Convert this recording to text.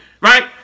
right